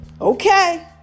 Okay